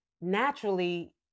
naturally